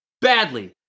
badly